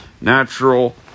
natural